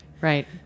Right